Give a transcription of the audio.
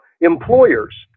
employers